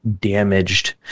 damaged